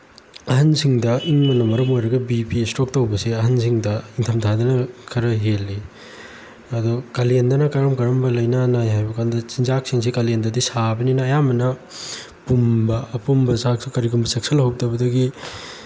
ꯑꯍꯟꯁꯤꯡꯗ ꯏꯪꯕꯅ ꯃꯔꯝ ꯑꯣꯏꯔꯒ ꯕꯤ ꯄꯤ ꯏꯁꯇ꯭ꯔꯣꯛ ꯇꯧꯕꯁꯤ ꯑꯍꯟꯁꯤꯡꯗ ꯏꯪꯊꯝꯊꯥꯗꯅ ꯈꯔ ꯍꯦꯜꯂꯤ ꯑꯗꯨ ꯀꯥꯂꯦꯟꯗꯅ ꯀꯔꯝ ꯀꯔꯝꯕ ꯂꯩꯅꯥ ꯅꯥꯏ ꯍꯥꯏꯕ ꯀꯥꯟꯗ ꯆꯤꯟꯖꯥꯛꯁꯤꯡꯁꯤ ꯀꯥꯂꯦꯟꯗꯗꯤ ꯁꯥꯕꯅꯤꯅ ꯑꯌꯥꯝꯕꯅ ꯄꯨꯝꯕ ꯑꯄꯨꯝꯕ ꯆꯥꯛꯁꯤ ꯀꯔꯤꯒꯨꯝꯕ ꯆꯦꯛꯁꯤꯟꯍꯧꯗꯕꯗꯒꯤ